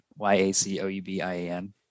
Y-A-C-O-U-B-I-A-N